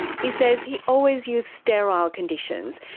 he says he always used sterile conditions,